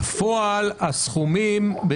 בפועל הסכומים יגיעו,